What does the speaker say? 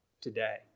today